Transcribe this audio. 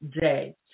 day